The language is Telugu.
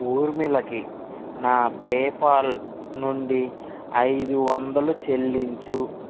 ఊర్మిళకి నా పేపాల్ నుండి ఐదు వందలు చెల్లించు